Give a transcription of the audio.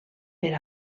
per